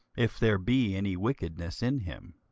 if there be any wickedness in him.